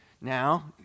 Now